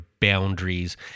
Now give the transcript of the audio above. boundaries